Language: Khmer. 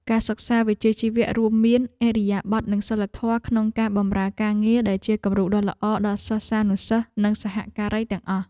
ការសិក្សាវិជ្ជាជីវៈរួមមានឥរិយាបថនិងសីលធម៌ក្នុងការបម្រើការងារដែលជាគំរូដ៏ល្អដល់សិស្សានុសិស្សនិងសហការីទាំងអស់។